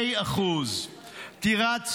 4.2%; טירת צבי,